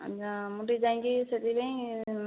ଆଜ୍ଞା ମୁଁ ଟିକେ ଯାଇକି ସେଇଠି ଯାଇଁ ଉଁ